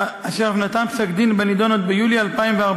והוא נתן עוד ביולי 2014